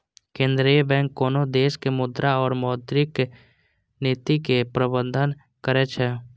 केंद्रीय बैंक कोनो देशक मुद्रा और मौद्रिक नीतिक प्रबंधन करै छै